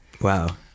wow